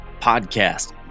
podcast